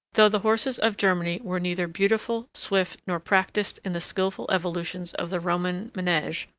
though the horses of germany were neither beautiful, swift, nor practised in the skilful evolutions of the roman manege,